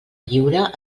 lliure